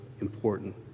important